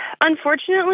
Unfortunately